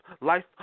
life